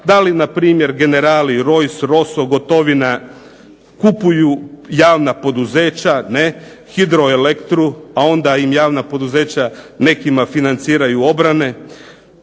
Da li npr. generali Rojs, Roso, Gotovina kupuju javna poduzeća, ne, hidro elektru a onda im javna poduzeća nekima financiraju obrane.